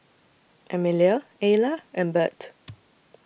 Emilia Ayla and Birt